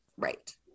right